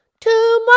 Tomorrow